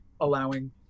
allowing